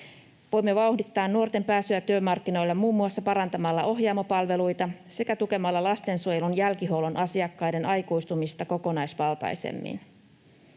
Voimme vauhdittaa nuorten pääsyä työmarkkinoille muun muassa parantamalla Ohjaamo-palveluita sekä tukemalla lastensuojelun jälkihuollon asiakkaiden aikuistumista kokonaisvaltaisemmin.